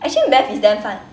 actually math is damn fun